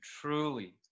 truly